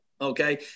Okay